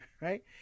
right